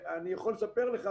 אני יכול לספר לך,